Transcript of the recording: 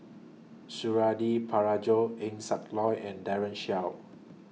Suradi Parjo Eng Siak Loy and Daren Shiau